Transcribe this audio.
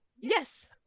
Yes